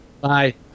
Bye